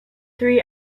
three